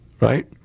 right